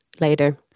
later